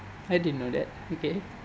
I didn't know that okay